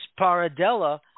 Paradella